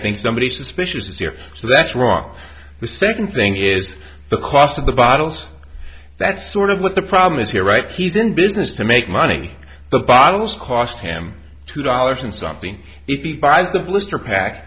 think somebody suspicious is here so that's wrong the second thing is the cost of the bottles that's sort of what the problem is here right he's in business to make money the bottles cost him two dollars and something he buys the blister pack